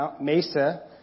mesa